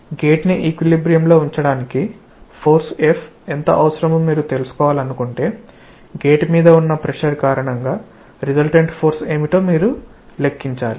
gate ని equilibrium లో ఉంచడానికి ఫోర్స్ F ఎంత అవసరమో మీరు తెలుసుకోవాలనుకుంటే గేట్ మీద ఉన్న ప్రెషర్ కారణంగా రిసల్టెంట్ ఫోర్స్ ఏమిటో మీరు లెక్కించాలి